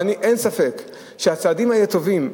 אין ספק שהצעדים האלה טובים,